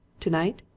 tonight?